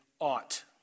ought